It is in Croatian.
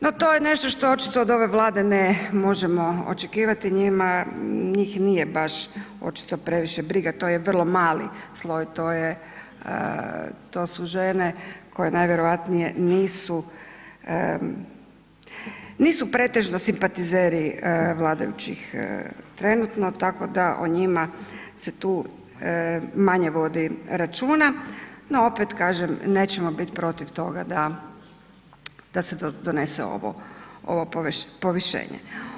No to je nešto što očito od ove Vlade ne možemo očekivati, njima, njih nije baš očito previše briga, to je vrlo mali sloj, to je, to su žene koje najvjerojatnije nisu, nisu pretežno simpatizeri vladajućih trenutno tako da o njima se tu manje vodi računa, no opet kažem nećemo bit protiv toga da, da se donese ovo, ovo povišenje.